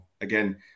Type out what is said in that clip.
Again